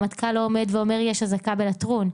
הרמטכ"ל לא עומד ואומר יש אזעקה בלטרון.